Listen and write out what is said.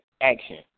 action